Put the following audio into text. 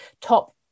top